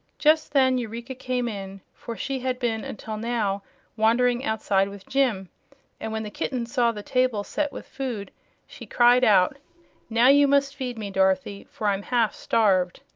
just then eureka came in, for she had been until now wandering outside with jim and when the kitten saw the table set with food she cried out now you must feed me, dorothy, for i'm half starved.